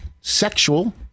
sexual